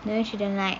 no she don't like